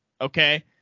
okay